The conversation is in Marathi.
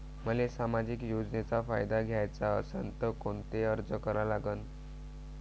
मले सामाजिक योजनेचा फायदा घ्याचा असन त कोनता अर्ज करा लागन?